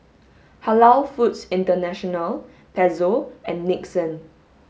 Halal Foods International Pezzo and Nixon